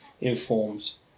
informs